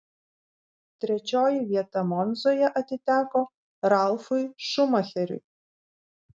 trečioji vieta monzoje atiteko ralfui šumacheriui